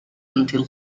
until